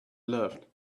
loved